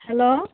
hello